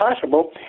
Possible